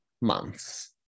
months